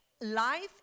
life